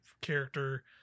character